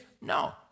No